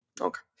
Okay